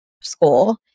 school